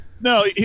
No